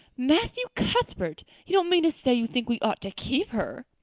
matthew cuthbert, you don't mean to say you think we ought to keep her!